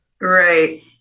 Right